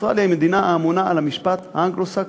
אוסטרליה היא מדינה האמונה על המשפט האנגלו-סקסי.